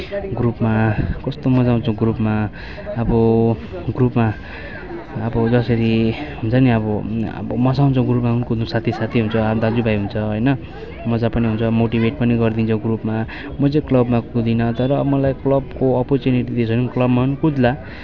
ग्रुपमा कस्तो मज्जा आउँछ ग्रुपमा अब ग्रुपमा अब जसरी हुन्छ नि अब अब मज्जा आउँछ ग्रुपमा कुद्नु साथी साथी हुन्छ दाजु भाइ हुन्छ होइन मज्जा पनि हुन्छ मोटिभेट पनि गरिदिन्छ ग्रुपमा म चाहिँ क्लबमा कुदिनँ तर अब मलाई क्लबको अप्परचुनिटी दिएछ भने क्लबमा नि कुद्ला